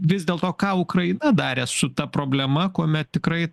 vis dėl to ką ukraina darė su ta problema kuomet tikrai